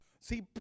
See